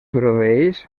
proveeix